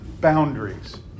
boundaries